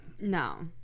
No